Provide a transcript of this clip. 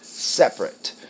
separate